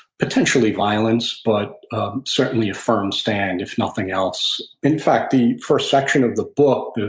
potentially violence, but certainly a firm stand if nothing else. in fact the first section of the book,